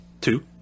Two